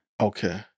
Okay